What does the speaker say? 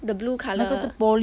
ya the blue colour